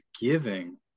giving